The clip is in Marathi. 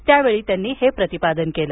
त्यावेळी त्यांनी हे प्रतिपादन केलं